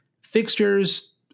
Fixtures